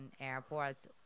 airports